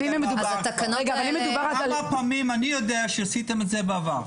אני יודע שעשיתם את זה בעבר.